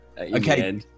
Okay